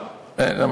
לא.